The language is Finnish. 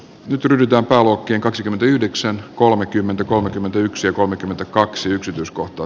nyt ryhdytään talouteen kaksikymmentäyhdeksän kolmekymmentä kolmekymmentäyksi kolmekymmentäkaksi yksi jos kohta